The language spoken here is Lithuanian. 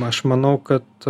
aš manau kad